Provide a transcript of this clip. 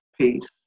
peace